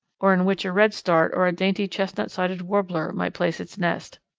or in which a redstart, or a dainty chestnut-sided warbler, might place its nest.